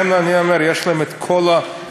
ולכן אני אומר: יש להם כל הכישורים,